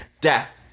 Death